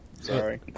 Sorry